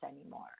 anymore